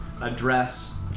address